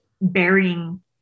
burying